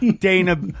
Dana